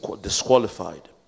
disqualified